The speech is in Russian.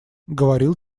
говорил